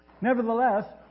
Nevertheless